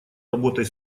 работой